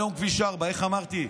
היום כביש 4. איך אמרתי?